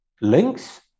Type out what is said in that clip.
links